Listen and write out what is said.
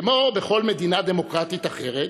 כמו בכל מדינה דמוקרטית אחרת,